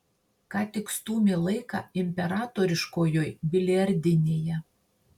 ką tik stūmė laiką imperatoriškojoj biliardinėje